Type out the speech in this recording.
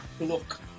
look